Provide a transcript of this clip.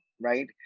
right